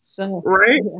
Right